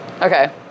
okay